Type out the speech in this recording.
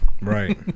Right